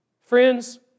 Friends